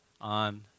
on